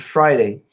Friday